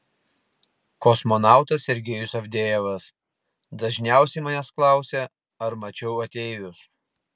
kosmonautas sergejus avdejevas dažniausiai manęs klausia ar mačiau ateivius